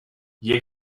you